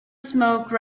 smoke